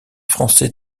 français